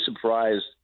surprised